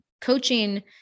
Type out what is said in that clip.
coaching